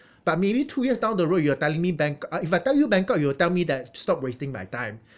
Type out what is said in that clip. but maybe two years down the road you are telling me bangkok ah if I tell you bangkok you will tell me that stop wasting my time